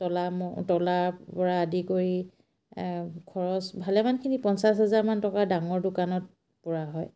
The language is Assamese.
তলা তলাৰ পৰা আদি কৰি খৰচ ভালেমানখিনি পঞ্চাছ হাজাৰমান টকা ডাঙৰ দোকানত পৰা হয়